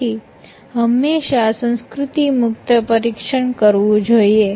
તેથી હંમેશા સંસ્કૃતિ મુક્ત પરીક્ષણ કરવું જોઈએ